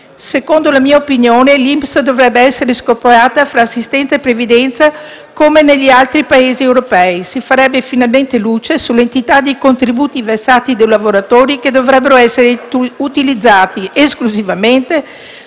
Secondo la mia opinione, l'INPS dovrebbe essere scorporata tra assistenza e previdenza come negli altri Paesi europei: si farebbe finalmente luce sull'entità dei contributi versati dai lavoratori, che dovrebbero essere utilizzati esclusivamente